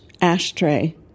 ashtray